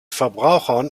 verbrauchern